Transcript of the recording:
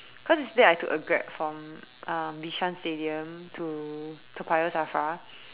cause yesterday I took a Grab from uh Bishan stadium to Toa-Payoh SAFRA